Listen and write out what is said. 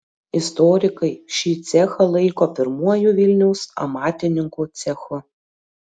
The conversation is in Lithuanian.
istorikai šį cechą laiko pirmuoju vilniaus amatininkų cechu